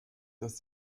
dass